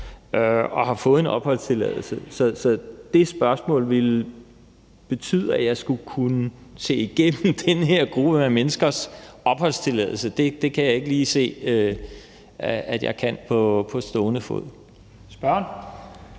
og har fået en opholdstilladelse. Så det spørgsmål ville betyde, at jeg skulle kunne se igennem den her gruppe menneskers opholdstilladelse. Det kan jeg ikke lige se at jeg kan på stående fod. Kl.